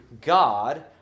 God